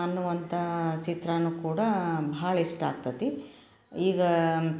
ಅನ್ನುವಂಥ ಚಿತ್ರಾನು ಕೂಡ ಭಾಳ ಇಷ್ಟ ಆಗ್ತತಿ ಈಗ